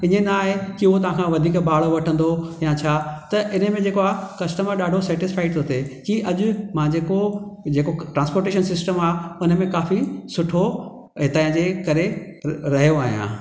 इएं न आहे कि उहो तव्हां खां वधीक भाड़ो वठंदो या छा त इन्हे में जेको आहे कस्टमर ॾाढो सेटिसफाइड थो थे कि अॼु मां जेको जेको ट्रांस्पोटेशन सिस्टम आहे हुन में काफ़ी सुठो हितां जे करे रहियो आहियां